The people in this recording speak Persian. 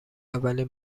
اولین